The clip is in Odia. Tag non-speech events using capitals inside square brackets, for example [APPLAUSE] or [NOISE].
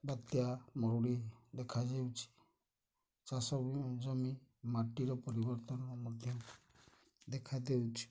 ବାତ୍ୟା ମରୁଡ଼ି ଦେଖାଯାଉଛି ଚାଷ [UNINTELLIGIBLE] ଜମି ମାଟିର ପରିବର୍ତ୍ତନ ମଧ୍ୟ ଦେଖାଦେଉଛି